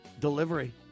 Delivery